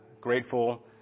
grateful